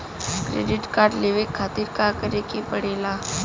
Credit card लेवे खातिर का करे के पड़ेला?